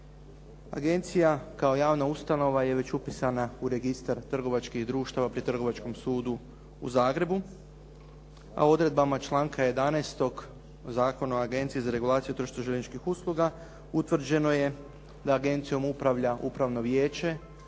Agencija kao javna ustanova je već upisana u registar trgovačkih društava pri Trgovačkom sudu u Zagrebu, a odredbama članka 11. Zakona o Agenciji za regulaciju tržišta željezničkih usluga utvrđeno je da agencijom upravlja Upravno vijeće